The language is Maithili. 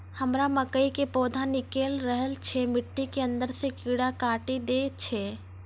हमरा मकई के पौधा निकैल रहल छै मिट्टी के अंदरे से कीड़ा काटी दै छै?